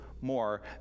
more